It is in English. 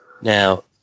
Now